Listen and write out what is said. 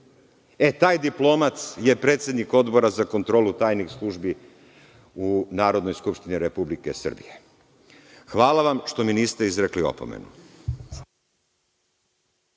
E, taj diplomac je predsednik Odbora za kontrolu tajnih službi u Narodnoj skupštini Republike Srbije. Hvala vam što mi niste izrekli opomenu.